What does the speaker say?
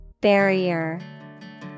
Barrier